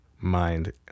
mind